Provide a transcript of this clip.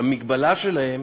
שהמגבלה שלהם